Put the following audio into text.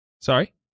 Sorry